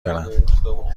دارم